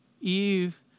Eve